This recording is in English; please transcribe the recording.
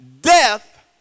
death